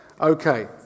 Okay